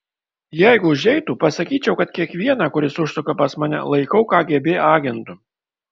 jeigu užeitų pasakyčiau kad kiekvieną kuris užsuka pas mane laikau kgb agentu